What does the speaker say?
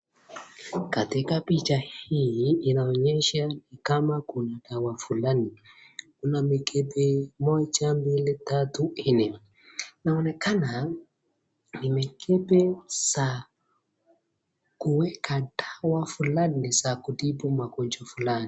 Katika picha hii inaonyesha ni kama kuna dawa fulani. Kuna mikebe moja, mbili, tatu, nne. inaonekana ni mikebe za kuweka dawa fulani za kutibu magonjwa fulani.